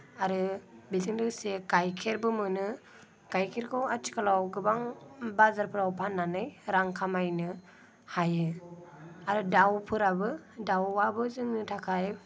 आरो बेजों लोगोसे गाइखेरबो मोनो गाइखेरखौ आथिखालाव गोबां बाजारफ्राव फाननानै रां खामायनो हायो आरो दाउफोराबो दाउआबो जोंनि थाखाय